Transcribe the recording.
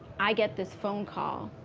i get this phone call.